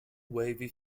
wavy